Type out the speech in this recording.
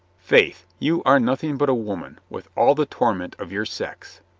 faith, you are nothing but a woman, with all the torment of your sex.